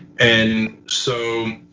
and so